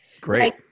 Great